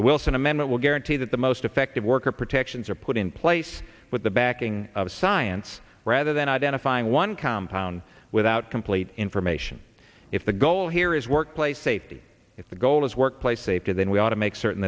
the wilson amendment will guarantee that the most effective worker protections are put in place with the backing of science rather than identifying one compound without complete information if the goal here is workplace safety if the goal is workplace safety then we ought to make certain